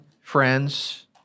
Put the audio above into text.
friends